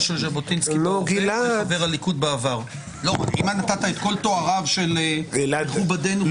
נתת כמעט את כל תואריו של מכובדנו.